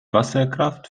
wasserkraft